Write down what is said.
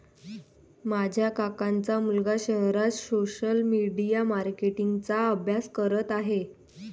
माझ्या काकांचा मुलगा शहरात सोशल मीडिया मार्केटिंग चा अभ्यास करत आहे